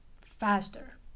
faster